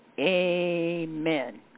Amen